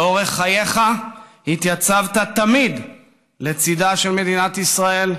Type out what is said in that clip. לאורך חייך התייצבת תמיד לצידה של מדינת ישראל,